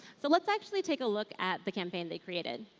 so let's actually take a look at the campaign they created.